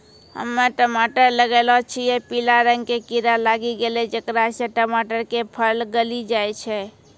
हम्मे टमाटर लगैलो छियै पीला रंग के कीड़ा लागी गैलै जेकरा से टमाटर के फल गली जाय छै?